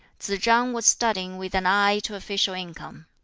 tsz-chang was studying with an eye to official income.